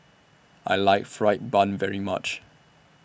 I like Fried Bun very much